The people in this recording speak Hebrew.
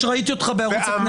אני ראיתי אותך בערוץ הכנסת.